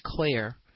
declare